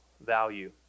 value